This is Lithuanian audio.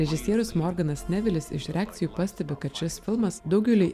režisierius morganas nevilis iš reakcijų pastebi kad šis filmas daugeliui